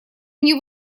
мне